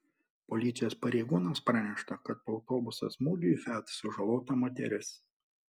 policijos pareigūnams pranešta kad po autobuso smūgio į fiat sužalota moteris